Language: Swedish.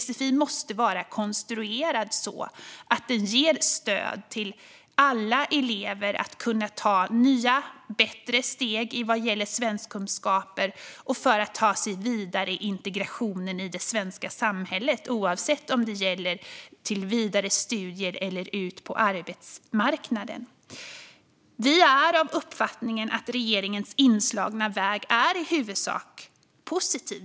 Sfi:n måste vara konstruerad så att den ger stöd till alla elever att kunna ta nya, bättre steg vad gäller svenskkunskaper och för att ta sig vidare i integrationen i det svenska samhället, oavsett om det gäller till vidare studier eller ut på arbetsmarknaden. Vi är av uppfattningen att regeringens inslagna väg i huvudsak är positiv.